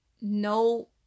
no